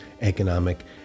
economic